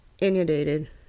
inundated